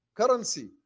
currency